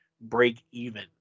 break-even